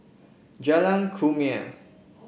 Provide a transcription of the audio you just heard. Jalan Kumia